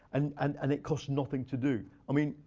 and and and it costs nothing to do. i mean,